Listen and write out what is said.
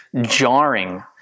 jarring